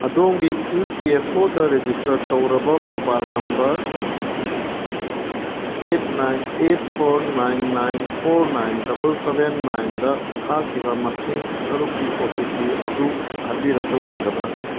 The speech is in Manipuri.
ꯑꯗꯣꯝꯒꯤ ꯏ ꯄꯤ ꯑꯦꯐ ꯑꯣꯗ ꯔꯦꯖꯤꯁꯇꯔ ꯇꯧꯔꯕ mobile number eight nine eight four nine nine four nine double seven ꯅꯥꯏꯟꯗ ꯊꯥꯈꯤꯕ ꯃꯁꯤꯡ ꯇꯔꯨꯛꯀꯤ ꯑꯣ ꯇꯤ ꯄꯤ ꯑꯗꯨ ꯍꯥꯏꯕꯤꯔꯛꯄ ꯌꯥꯒꯗ꯭ꯔ